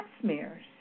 smears